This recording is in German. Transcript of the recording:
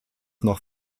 noch